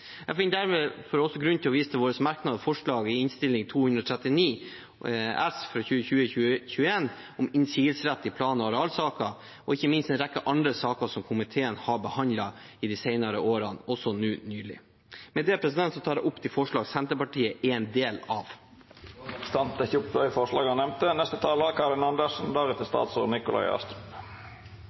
Jeg finner derfor også grunn til å vise til våre merknader og forslag under Innst. 239 S for 2020–2021 om innsigelsesrett i plan- og arealsaker – og ikke minst en rekke andre saker som komiteen har behandlet de senere årene, også nå nylig. Med det tar jeg opp forslaget fra Senterpartiet. Representanten Wilfred Norlund har teke opp det forslaget han refererte til. Vernebestemmelsene er